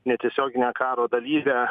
netiesioginę karo dalyvę